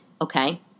Okay